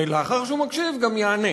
ולאחר שהוא מקשיב גם יענה.